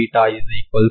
∀t కి మీరు uxk